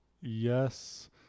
yes